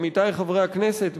עמיתי חברי הכנסת,